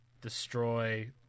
destroy